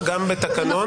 לא שמעתי מרוב צעקות.